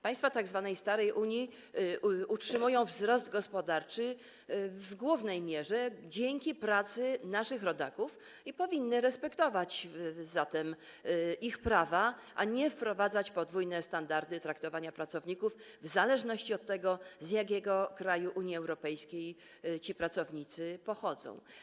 Państwa tzw. starej Unii utrzymują wzrost gospodarczy w głównej mierze dzięki pracy naszych rodaków, zatem powinny respektować ich prawa, a nie wprowadzać podwójne standardy traktowania pracowników - w zależności od tego, z jakiego kraju Unii Europejskiej ci pracownicy pochodzą.